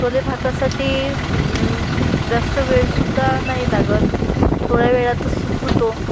छोले भातासाटी जास्त वेळ सुद्धा नाही लागत थोड्या वेळातच होतो